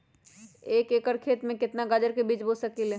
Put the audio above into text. एक एकर खेत में केतना गाजर के बीज बो सकीं ले?